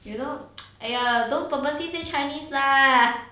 you know !aiya! don't purposely say chinese lah